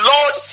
Lord